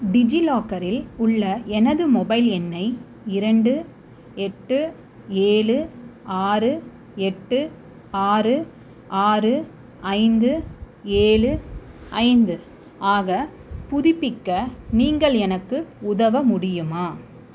டிஜிலாக்கரில் உள்ள எனது மொபைல் எண்ணை இரண்டு எட்டு ஏழு ஆறு எட்டு ஆறு ஆறு ஐந்து ஏழு ஐந்து ஆக புதுப்பிக்க நீங்கள் எனக்கு உதவ முடியுமா